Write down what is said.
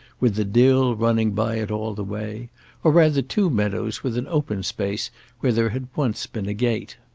with the dill running by it all the way or rather two meadows with an open space where there had once been a gate.